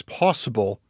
possible